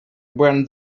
when